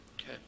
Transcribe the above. okay